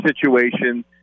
situation